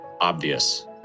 obvious